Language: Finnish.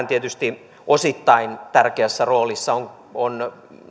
tietysti osittain tärkeässä roolissa on on